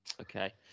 Okay